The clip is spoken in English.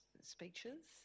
speeches